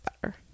better